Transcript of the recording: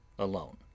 alone